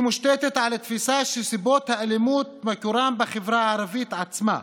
היא מושתתת על התפיסה שסיבות האלימות מקורן בחברה הערבית עצמה.